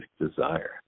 desire